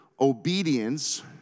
obedience